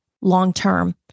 long-term